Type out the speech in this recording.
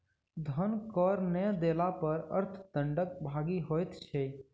धन कर नै देला पर अर्थ दंडक भागी होइत छै